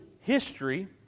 history